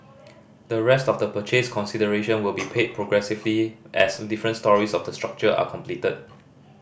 the rest of the purchase consideration will be paid progressively as different storeys of the structure are completed